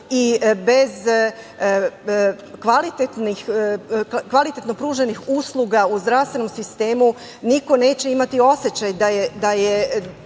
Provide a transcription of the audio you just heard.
i bez kvalitetno pruženih usluga u zdravstvenom sistemu niko neće imati osećaj da je